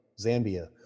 Zambia